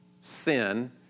sin